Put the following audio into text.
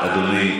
אדוני,